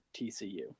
TCU